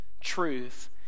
truth